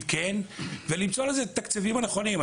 כן ולמצוא לזה את התקציבים הנכונים.